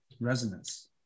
resonance